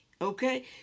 okay